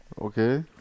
okay